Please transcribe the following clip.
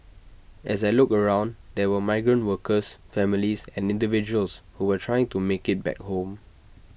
as I looked around there were migrant workers families and individuals who were trying to make IT back home